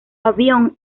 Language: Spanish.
avión